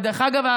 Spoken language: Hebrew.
דרך אגב,